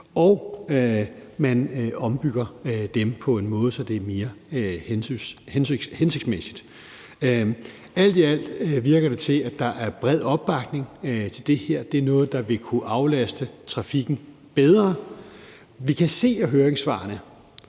og man ombygger dem på en måde, så det bliver mere hensigtsmæssigt. Alt i alt virker det til, at der er bred opbakning til det her. Det er noget, der vil kunne aflaste trafikken bedre. Vi kan se af høringssvarene,